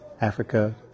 Africa